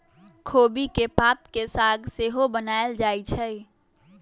खोबि के पात के साग सेहो बनायल जाइ छइ